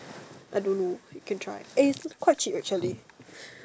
I don't know you can try eh is quite cheap actually